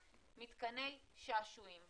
מתקני שעשועים.